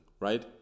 Right